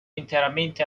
interamente